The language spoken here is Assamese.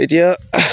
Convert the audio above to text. এতিয়া